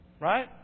Right